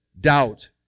doubt